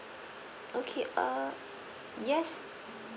okay uh yes